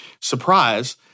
surprise